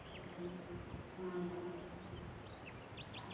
এতেই সময় কাটে আর